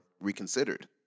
reconsidered